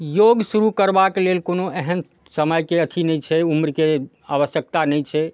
योग शुरू करबाके लेल कोनो एहन समयके अथी नहि छै उम्रके आवश्यकता नहि छै